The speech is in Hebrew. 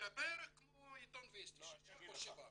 בערך כמו עיתון וסטי, שישה או שבעה.